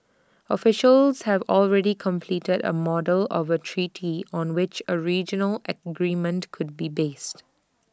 officials have already completed A model of A treaty on which A regional agreement could be based